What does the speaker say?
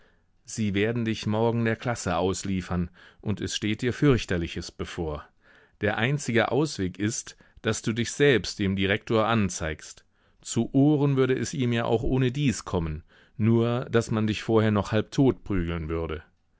sie werden dich morgen der klasse ausliefern und es steht dir fürchterliches bevor der einzige ausweg ist daß du dich selbst dem direktor anzeigst zu ohren würde es ihm ja auch ohnedies kommen nur daß man dich vorher noch halbtot prügeln würde